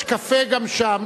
יש גם קפה שם.